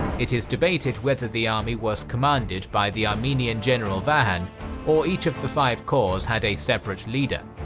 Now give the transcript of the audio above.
it is debated whether the army was commanded by the armenian general vahan or each of the five corps had a separate leader.